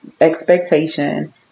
expectation